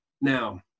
Now